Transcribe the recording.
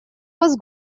was